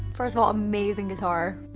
first of all, amazing guitar.